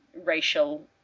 racial